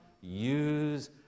use